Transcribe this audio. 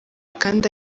kandi